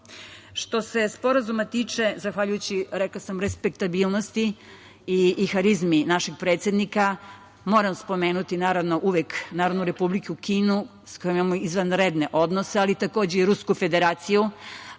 se sporazuma tiče, zahvaljujući, rekla sam, respektabilnosti i harizmi našeg predsednika, moram spomenuti, naravno, uvek Narodnu Republiku Kinu sa kojom imamo izvanredne odnose, ali takođe i Rusku Federaciju,